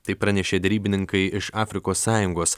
tai pranešė derybininkai iš afrikos sąjungos